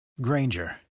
Granger